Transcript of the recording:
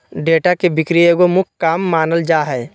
data के बिक्री एगो मुख्य काम मानल जा हइ